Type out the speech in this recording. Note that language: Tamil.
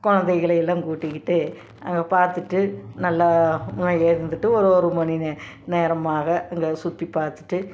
குழந்தைகளையெல்லாம் கூட்டிகிட்டு அங்கே பார்த்துட்டு நல்லா அங்கே இருந்துவிட்டு ஒரு ஒரு மணி நே நேரமாக அங்கே சுற்றி பார்த்துட்டு